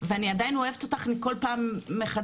ועדיין אני אוהבת אותך כל פעם מחדש.